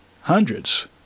hundreds